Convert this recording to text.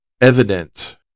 evidence